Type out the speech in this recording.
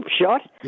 shot